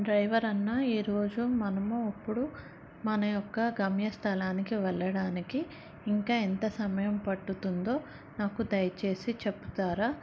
driver అన్నా ఈ రోజు మనము ఇప్పుడు మన యొక్క గమ్యస్ధానానికి వెళ్ళడానికి ఇంకా ఎంత సమయం పడుతుందో నాకు దయచేసి చెప్తారా